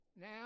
Now